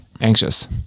anxious